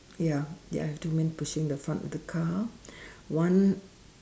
ya ya I have two men pushing the front of the car one